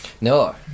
No